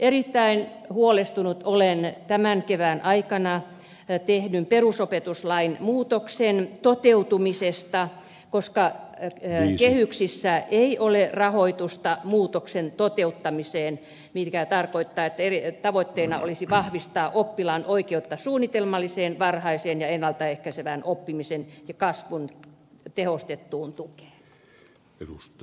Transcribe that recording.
erittäin huolestunut olen tämän kevään aikana tehdyn perusopetuslain muutoksen toteutumisesta koska kehyksissä ei ole rahoitusta muutoksen toteuttamiseen mikä tarkoittaa että tavoitteena olisi vahvistaa oppilaan oikeutta suunnitelmalliseen varhaiseen ja ennalta ehkäisevään oppimisen ja kasvun tehostettuun tukeen